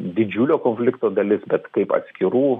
didžiulio konflikto dalis bet kaip atskirų